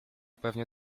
pewnie